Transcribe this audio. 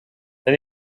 then